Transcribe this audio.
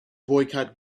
boycott